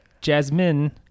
Jasmine